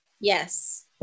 Yes